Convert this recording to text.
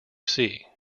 see